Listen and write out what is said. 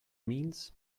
means